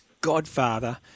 godfather